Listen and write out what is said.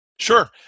Sure